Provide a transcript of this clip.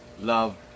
love